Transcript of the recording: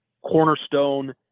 cornerstone